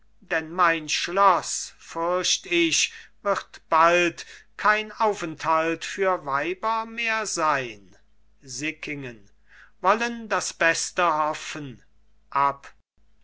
denn mein schloß fürcht ich wird bald kein aufenthalt für weiber mehr sein sickingen wollen das beste hoffen